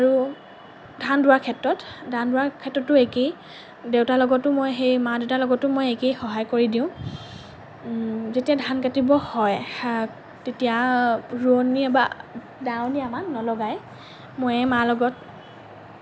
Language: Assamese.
আৰু ধান ৰোৱাৰ ক্ষেত্ৰত ধান ৰোৱাৰ ক্ষেত্ৰতো একেই দেউতাৰ লগতো মই সেই মা দেউতাৰ লগতো মই একেই সহায় কৰি দিওঁ যেতিয়া ধান কাটিব হয় তেতিয়া ৰোৱনি বা দাৱনি আমাৰ নলগায় ময়ে মাৰ লগত